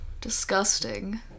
disgusting